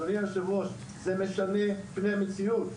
אדוני היושב-ראש זה משנה פני מציאות,